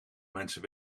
mensen